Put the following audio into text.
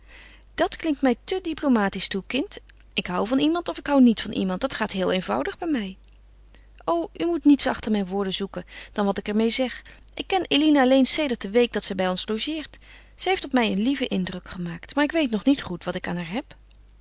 dat klinkt mij te diplomatisch toe kind ik hou van iemand of ik hou niet van iemand dat gaat heel eenvoudig bij mij o u moet niets achter mijn woorden zoeken dan wat ik er meê zeg ik ken eline alleen sedert de week dat ze bij ons logeert ze heeft op mij een lieven indruk gemaakt maar ik weet nog niet goed wat ik aan haar heb